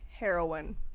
heroin